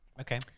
okay